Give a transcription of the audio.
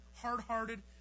hard-hearted